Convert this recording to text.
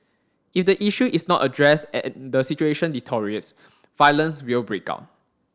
if the issue is not addressed and the situation deteriorates violence will break out